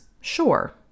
Sure